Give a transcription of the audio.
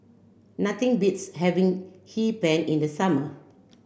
nothing beats having Hee Pan in the summer